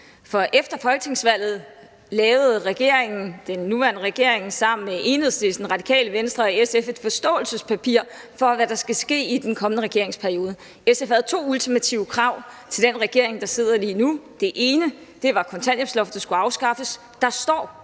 For efter folketingsvalget lavede den nuværende regering sammen med Enhedslisten, Radikale Venstre og SF et forståelsespapir for, hvad der skal ske i den kommende regeringsperiode. SF havde to ultimative krav til den regering, der sidder lige nu. Det ene var, at kontanthjælpsloftet skulle afskaffes. Der står